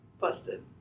Busted